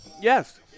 Yes